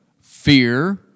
fear